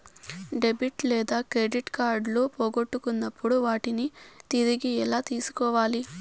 debit లేదా credit కార్డులు పోగొట్టుకున్నప్పుడు వాటిని తిరిగి ఎలా తీసుకోవాలి